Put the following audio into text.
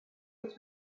able